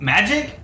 Magic